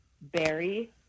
berry